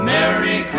Merry